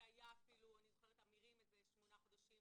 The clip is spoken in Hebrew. והיה 'אמירים' איזה שמונה חודשים,